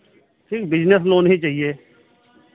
ठीक business loan ही चाहिए